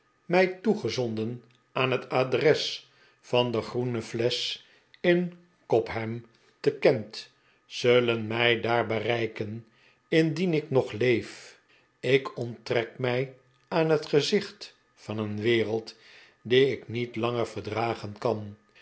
mij toegezonden aan het adres van de groene flesch in cobham te kent zullen mij daar bereiken indien ik nog leef ik onttrek mij aan het gezicht van een wereld die ik niet langer verdragen kan